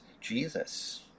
Jesus